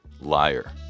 Liar